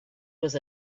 was